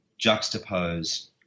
juxtapose